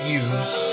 use